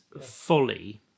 folly